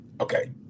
Okay